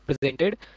presented